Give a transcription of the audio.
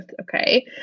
Okay